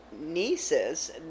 nieces